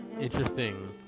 interesting